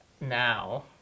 now